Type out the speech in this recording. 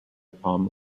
palm